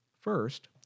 First